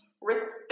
respect